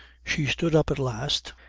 she stood up at last.